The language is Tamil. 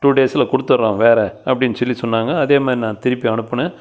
டூ டேஸில் கொடுத்தர்றோம் வேறு அப்படின்னு சொல்லி சொன்னாங்க அதேமாதிரி நான் திருப்பி அனுப்புனேன்